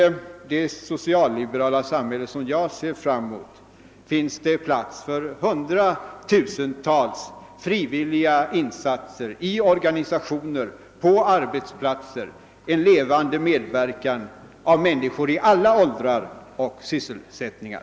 I det socialliberala samhälle jag ser fram mot finns det plats för hundratusentals frivilliga insatser i organisationer och på arbetsplatser, en levande medverkan av människor i alla åldrar och sysselsättningar.